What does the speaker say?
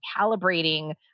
calibrating